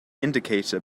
indicator